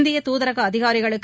இந்திய தூதரக அதிகாரிகளுக்கு